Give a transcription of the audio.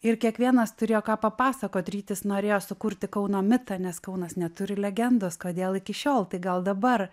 ir kiekvienas turėjo ką papasakot rytis norėjo sukurti kauno mitą nes kaunas neturi legendos kodėl iki šiol tai gal dabar